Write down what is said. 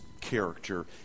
character